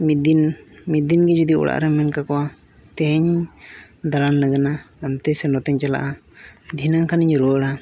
ᱢᱤᱫ ᱫᱤᱱ ᱢᱤᱫ ᱫᱤᱱᱜᱮ ᱡᱩᱫᱤ ᱚᱲᱟᱜᱨᱮᱢ ᱢᱮᱱ ᱠᱟᱠᱚᱣᱟ ᱛᱮᱦᱮᱧ ᱫᱟᱬᱟᱱ ᱞᱟᱹᱜᱤᱫᱼᱟ ᱦᱟᱱᱛᱮ ᱥᱮ ᱱᱚᱛᱮᱧ ᱪᱟᱟᱜᱼᱟ ᱫᱷᱤᱱᱟᱹᱝ ᱠᱷᱟᱱᱤᱧ ᱨᱩᱣᱟᱹᱲᱟ